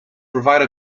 provide